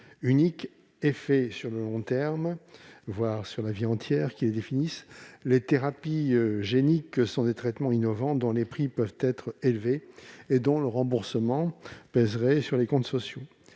d'un effet sur le long terme, voire sur la vie entière, les thérapies géniques sont des traitements innovants dont les prix peuvent être élevés et dont le remboursement pèserait sur les comptes sociaux.